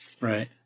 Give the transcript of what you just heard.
Right